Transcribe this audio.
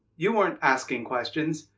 you weren't asking questions.